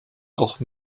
auch